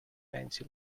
fancy